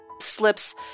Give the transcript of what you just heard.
slips